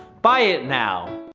buy it now.